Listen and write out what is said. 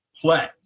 play